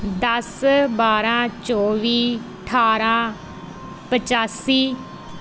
ਦਸ ਬਾਰ੍ਹਾਂ ਚੌਵੀ ਅਠਾਰ੍ਹਾਂ ਪਚਾਸੀ